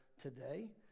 today